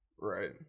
Right